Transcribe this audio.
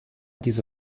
diese